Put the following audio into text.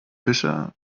fischer